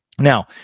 Now